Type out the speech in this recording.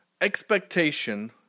expectation